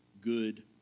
good